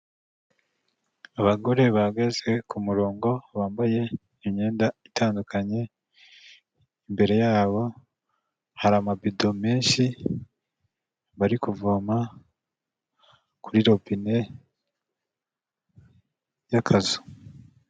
Abagore bahagaze ku murongo bambaye imyenda itandukanye, imbere yabo hari amabido menshi, bari kuvoma kuri robine y'akazu.